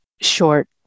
short